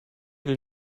will